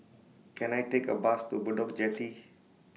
Can I Take A Bus to Bedok Jetty